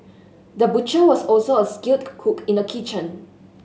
the butcher was also a skilled cook in the kitchen